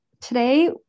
today